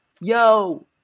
yo